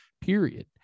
period